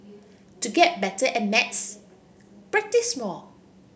to get better at maths practise more